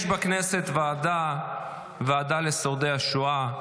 יש בכנסת ועדה לשורדי השואה.